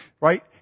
right